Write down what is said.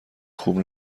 خوب